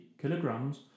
kilograms